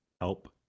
help